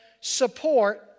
support